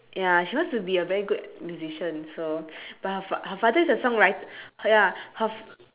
ya she wants to be a very good musician so but her fa~ her father is a song writer ya her f~